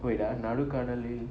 wait ah நடுக்கடலில்:nadukadalil